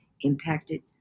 impacted